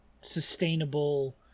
sustainable